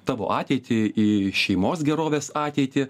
tavo ateitį į šeimos gerovės ateitį